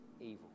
evil